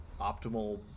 optimal